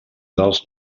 dels